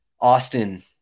Austin